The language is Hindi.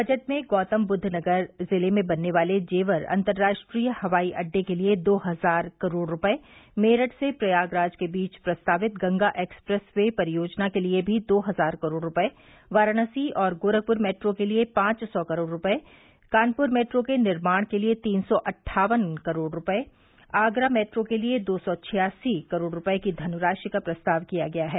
बजट में गौतमबुद्ध नगर जिले में बनने वाले जेवर अंतर्राष्ट्रीय हवाई अड्डे के लिये दो हजार करोड़ रूपये मेरठ से प्रयागराज के बीच प्रस्तावित गंगा एक्सप्रेस वे परियोजना के लिये भी दो हजार करोड़ रूपये वाराणसी और गोरखपुर मेट्रो के लिये पांच सौ करोड़ रूपये कानपुर मेट्रो के निर्माण के लिये तीन सौ अट्ठावन करोड़ रूपये आगरा मेट्रो के लिये दो सौ छियासी करोड़ रूपये की धनराशि का प्रस्ताव किया गया है